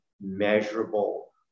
measurable